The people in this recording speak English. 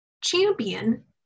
Champion